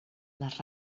les